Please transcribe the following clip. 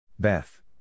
Beth